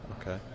okay